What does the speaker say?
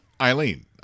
Eileen